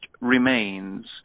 remains